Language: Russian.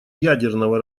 ядерного